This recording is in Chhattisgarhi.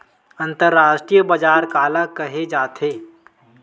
अंतरराष्ट्रीय बजार काला कहे जाथे?